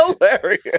hilarious